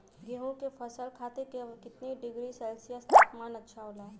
गेहूँ के फसल खातीर कितना डिग्री सेल्सीयस तापमान अच्छा होला?